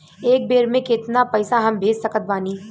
एक बेर मे केतना पैसा हम भेज सकत बानी?